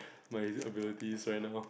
my abilities right now